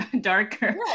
darker